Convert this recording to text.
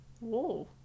Whoa